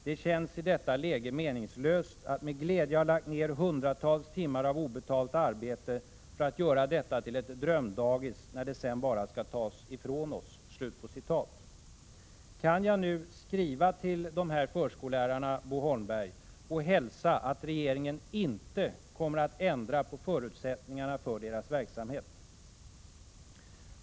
Det känns i detta läge meningslöst att med glädje ha lagt ner 100-tals timmar av obetalt arbete för att göra detta till ett drömdagis när det sedan bara ska tas ifrån oss.” Kan jag nu skriva till dessa förskollärare, Bo Holmberg, och hälsa att regeringen inte kommer att ändra förutsättningarna för deras verksamhet?